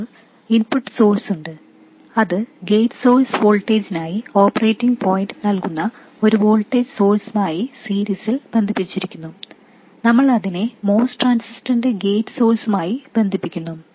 നമുക്ക് ഇൻപുട്ട് സോഴ്സ്ണ്ട് അത് ഗേറ്റ് സോഴ്സ് വോൾട്ടേജിനായി ഓപ്പറേറ്റിംഗ് പോയിന്റ് നൽകുന്ന ഒരു വോൾട്ടേജ് സോഴ്സ്മായി സീരീസിൽ ബന്ധിപ്പിച്ചിരിക്കുന്നു നമ്മൾ അതിനെ MOS ട്രാൻസിസ്റ്ററിന്റെ ഗേറ്റ് സോഴ്സ്മായി ബന്ധിപ്പിക്കുന്നു